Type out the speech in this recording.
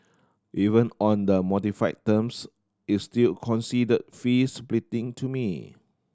even on the modified terms is still considered fee splitting to me